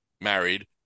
married